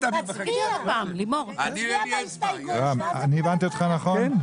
רם, אני הבנתי אותך נכון?